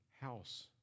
house